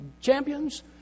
champions